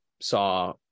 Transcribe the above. Saw